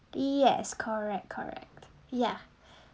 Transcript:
yes correct correct ya